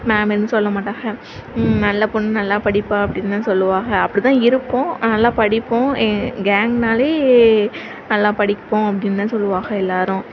ma'am எதுவும் சொல்லமாட்டாங்க நல்ல பொண்ணு நல்லா படிப்பாள் அப்படின்னுதான் சொல்லுவாங்க அப்படிதான் இருக்கும் ஆனால் நல்லா படிப்போம் கேங்குனாலே நல்லா படிப்போம் அப்படின்னு தான் சொல்லுவாங்க எல்லோரும்